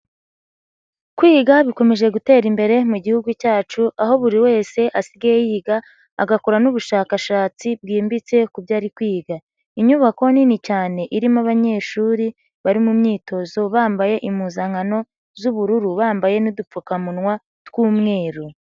Kwiga bikomeje gutera imbere mu gihugu cyacu aho buri wese asigaye yiga agakora n'ubushakashatsi bwimbitse kubyo ari kwiga. Inyubako nini cyane irimo abanyeshuri bari mu myitozo bambaye impuzankano z'ubururu bambaye n'udupfukamunwa tw'umweru.